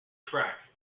track